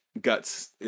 Guts